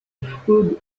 food